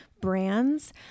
brands